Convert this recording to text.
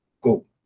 go